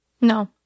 No